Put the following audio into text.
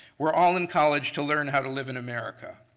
were all in college to learn how to live in america.